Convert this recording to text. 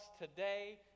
today